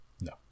No